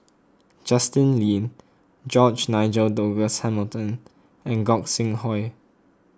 Justin Lean George Nigel Douglas Hamilton and Gog Sing Hooi